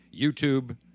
YouTube